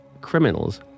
criminals